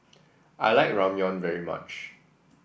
I like Ramyeon very much